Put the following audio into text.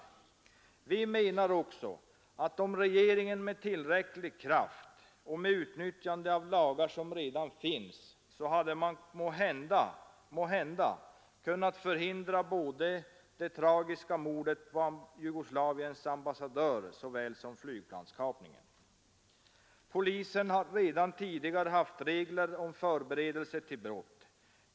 Vi menar också att regeringen med tillräcklig kraft och med utnyttjande av lagar som redan finns måhända hade kunnat 31 förhindra både det tragiska mordet på Jugoslaviens ambassadör och flygplanskapningen. Det finns redan tidigare regler om förberedelse till brott.